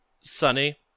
Sunny